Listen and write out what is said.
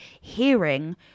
hearing